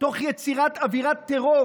תוך יצירת אווירת טרור